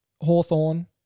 Hawthorne